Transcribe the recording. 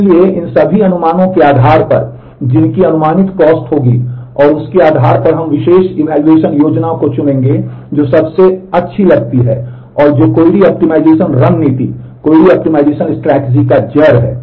इसलिए इन सभी अनुमानों के आधार पर जिनकी अनुमानित कॉस्ट का जड़ है